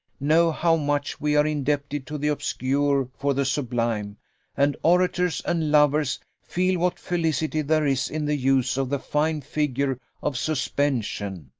know how much we are indebted to the obscure for the sublime and orators and lovers feel what felicity there is in the use of the fine figure of suspension.